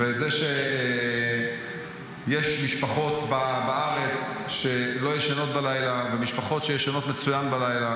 יש משפחות בארץ שלא ישנות בלילה ומשפחות שישנות מצוין בלילה.